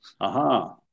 Aha